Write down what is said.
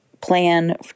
plan